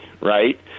right